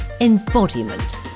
embodiment